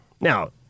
Now